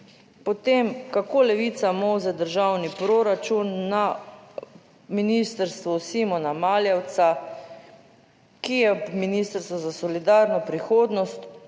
Po tem, kako Levica molze državni proračun na ministrstvu Simona Maljevca, ki je Ministrstvo za solidarno prihodnost,